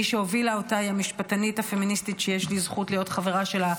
מי שהובילה אותה היא המשפטנית הפמיניסטית שיש לי זכות להיות חברה שלה,